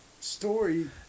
story